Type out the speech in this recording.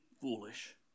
foolish